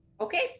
Okay